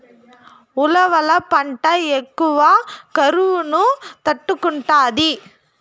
ఉలవల పంట ఎక్కువ కరువును తట్టుకుంటాది